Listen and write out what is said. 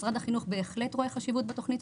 משרד החינוך בהחלט רואה חשיבות בתוכנית